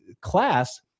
class